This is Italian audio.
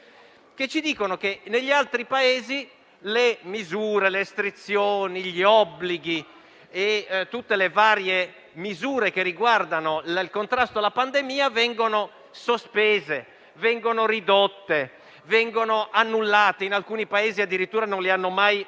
che ci dicono che negli altri Paesi le restrizioni, gli obblighi e tutte le varie misure di contrasto alla pandemia vengono sospese, ridotte, se non annullate; in alcuni Paesi addirittura non le hanno mai avute.